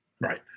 Right